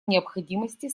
необходимости